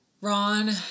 Ron